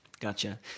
Gotcha